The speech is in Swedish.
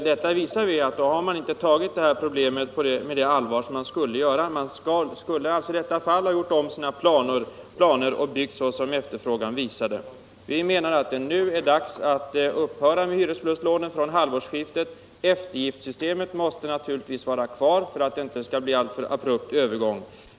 Det visar att man inte behandlade problemet med tillräckligt allvar. Man borde i stället ha gjort om sina planer och byggt enligt efterfrågan. Vi anser att det är dags att upphöra med hyresförlustlånen från halvårsskiftet. Eftergiftssystemet måste naturligtvis vara kvar för att övergången inte skall bli alltför abrupt.